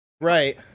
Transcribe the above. Right